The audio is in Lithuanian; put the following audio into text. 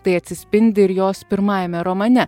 tai atsispindi ir jos pirmajame romane